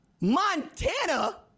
Montana